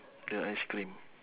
the ice cream